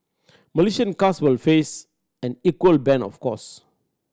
Malaysian cars would face an equal ban of course